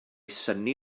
synnu